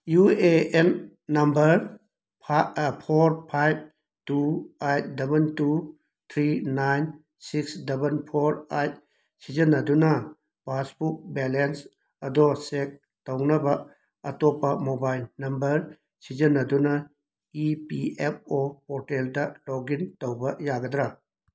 U A N number four five two eight double two three nine six double four eight ꯁꯤꯖꯟꯅꯗꯨꯅ passbook balance ꯑꯗꯣ check ꯇꯧꯅꯕ ꯑꯇꯣꯞꯄ mobile number ꯁꯤꯖꯟꯅꯗꯨꯅ E P F O ꯄꯣꯔꯇꯦꯜꯗ login ꯇꯧꯕ ꯌꯥꯒꯗ꯭ꯔꯥ